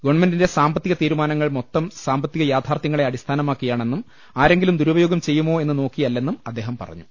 ഗവൺമെന്റിന്റെ സാമ്പത്തിക തീരുമാനങ്ങൾ മൊത്തം സാമ്പത്തിക യാഥാർത്ഥ്യങ്ങളെ അടിസ്ഥാനമാക്കിയാ ണെന്നും ആരെങ്കിലും ദുരുപയോഗം ചെയ്യുമോ എന്ന് നോക്കി യല്ലെന്നും അദ്ദേഹം പറഞ്ഞു